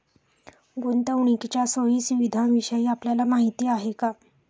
गुंतवणुकीच्या सोयी सुविधांविषयी आपल्याला माहिती आहे का?